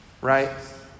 right